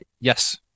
yes